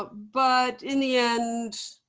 but but in the end,